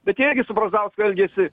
bet jie irgi su brazausku elgėsi